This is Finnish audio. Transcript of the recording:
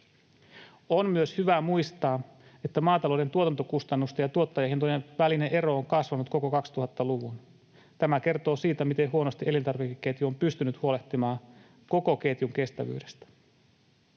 On myös hyvä muistaa, että maatalouden tuotantokustannusten ja tuottajahintojen välinen ero on kasvanut koko 2000-luvun. Tämä kertoo siitä, miten huonosti elintarvikeketju on pystynyt huolehtimaan koko ketjun kestävyydestä.